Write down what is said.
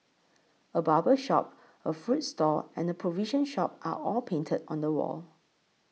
a barber shop a fruit stall and provision shop are all painted on the wall